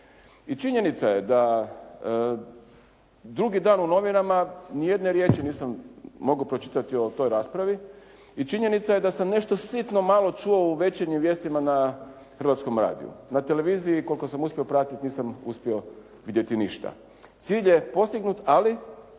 i činjenica je da drugi dan u novinama ni jedne riječi nisam mogao pročitati o toj raspravi i činjenica je da sam nešto sitno malo čuo u večernjim vijestima na Hrvatskom radiju. Na televiziji, koliko sam uspio pratiti nisam uspio vidjeti ništa. Cilj je postignut, ali